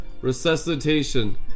resuscitation